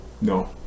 No